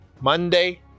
Monday